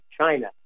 China